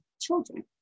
children